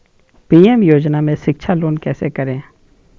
PM योजना में शिक्षा लोन कैसे करें?